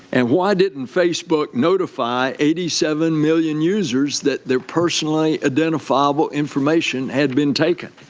and why didn't facebook notify eighty seven million users that their personal identifiable information had been taken?